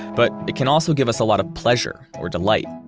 but it can also give us a lot of pleasure or delight.